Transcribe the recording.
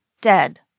dead